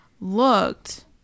looked